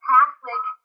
Catholic